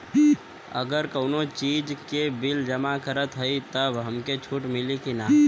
अगर कउनो चीज़ के बिल जमा करत हई तब हमके छूट मिली कि ना?